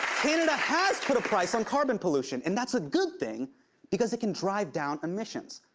canada has put a price on carbon pollution, and that's a good thing because it can drive down emissions,